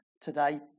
today